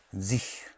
sich